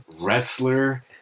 wrestler